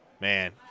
Man